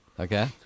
Okay